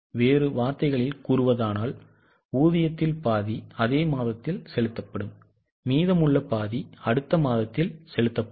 வேறு வார்த்தைகளில் கூறுவதானால் ஊதியத்தில் பாதி அதே மாதத்தில் செலுத்தப்படும் மீதமுள்ள பாதி அடுத்த மாதத்தில் செலுத்தப்படும்